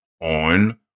on